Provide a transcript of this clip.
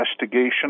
investigation